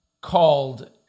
called